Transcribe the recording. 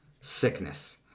sickness